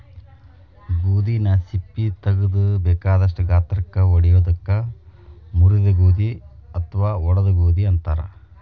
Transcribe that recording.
ಗೋಧಿನ ಸಿಪ್ಪಿ ತಗದು ಬೇಕಾದಷ್ಟ ಗಾತ್ರಕ್ಕ ಒಡಿಯೋದಕ್ಕ ಮುರಿದ ಗೋಧಿ ಅತ್ವಾ ಒಡದ ಗೋಧಿ ಅಂತಾರ